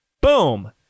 Boom